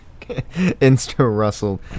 Insta-Russell